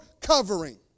covering